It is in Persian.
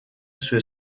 سوء